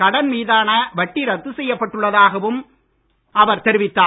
கடன் மீதான வட்டி ரத்து செய்யப்பட்டுள்ளதாகவும் அவர் தெரிவித்தார்